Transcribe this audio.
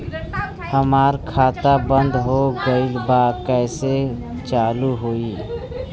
हमार खाता बंद हो गईल बा कैसे चालू होई?